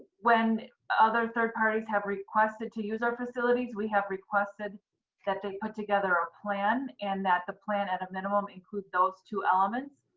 when other third parties have requested to use our facilities, we have requested that they put together a plan and that the plan, at a minimum, includes those two elements.